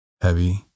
heavy